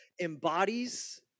embodies